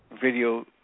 video